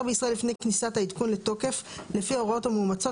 בישראל לפני כניסת העדכון לתוקף לפי ההוראות המאומצות